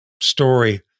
story